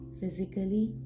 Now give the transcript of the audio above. physically